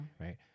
right